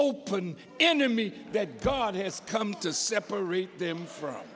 open ended me that god has come to separate them from